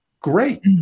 Great